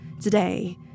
today